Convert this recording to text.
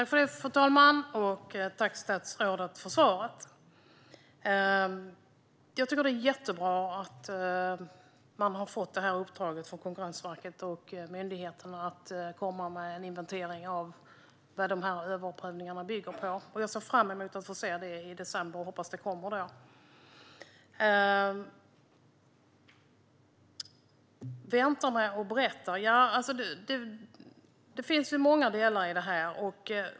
Fru talman! Tack, statsrådet, för svaret! Jag tycker att det är jättebra att man har fått i uppdrag av Konkurrensverket och myndigheterna att komma med en inventering av vad överprövningarna bygger på. Jag ser fram emot att få se detta i december, då jag hoppas att den kommer. När det gäller att vänta med att berätta finns det många delar i detta.